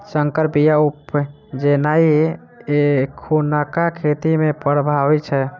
सँकर बीया उपजेनाइ एखुनका खेती मे प्रभावी छै